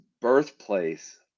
birthplace